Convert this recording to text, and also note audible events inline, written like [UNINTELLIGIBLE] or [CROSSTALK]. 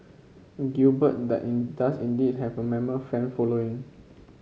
Gilbert [UNINTELLIGIBLE] does indeed have a mammoth fan following